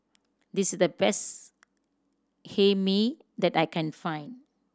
this is the best Hae Mee that I can find